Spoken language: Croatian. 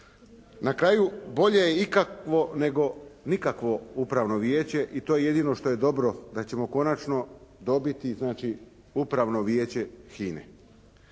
Na kraju bolje je ikakvo nego nikakvo Upravno vijeće. I to je jedino što je dobro da ćemo konačno dobiti znači Upravno vijeće HINA-e.